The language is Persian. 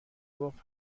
گفت